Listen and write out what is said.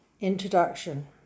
Introduction